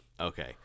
Okay